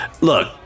look